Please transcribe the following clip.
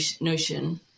notion